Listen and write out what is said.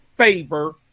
favor